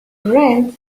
rent